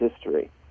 history